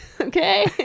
okay